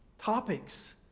topics